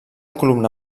columna